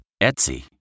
Etsy